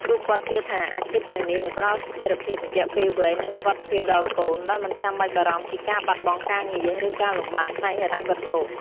ពួកគាត់ជឿថា អាជីពទាំងនេះនឹងផ្ដល់ស្ថិរភាពរយៈពេលវែង និងសុវត្ថិភាពដល់កូន ដោយមិនចាំបាច់បារម្ភពីការបាត់បង់ការងារ ឬការលំបាកផ្នែកហិរញ្ញវត្ថុ។